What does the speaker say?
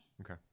Okay